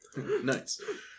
Nice